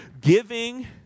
giving